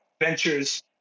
ventures